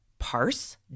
parse